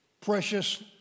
precious